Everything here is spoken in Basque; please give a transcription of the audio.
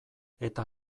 eta